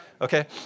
Okay